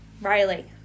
Riley